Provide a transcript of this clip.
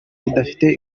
budafite